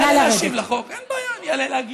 כל כך מפחדים בכנסת לשמוע את האמת.